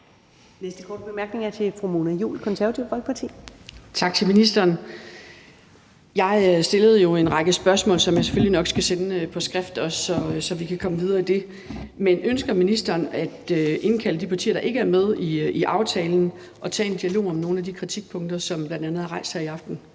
næste korte bemærkning er til fru Mona Juul, Det Konservative Folkeparti. Kl. 20:32 Mona Juul (KF): Tak til ministeren. Jeg stillede jo en række spørgsmål, som jeg selvfølgelig nok også skal sende på skrift, så vi kan komme videre i det. Men ønsker ministeren at indkalde de partier, der ikke er med i aftalen, og tage en dialog om nogen af de kritikpunkter, som bl.a. er rejst her i aften?